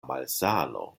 malsano